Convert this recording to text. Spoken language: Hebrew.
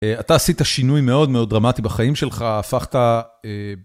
אתה עשית שינוי מאוד מאוד דרמטי בחיים שלך, הפכת...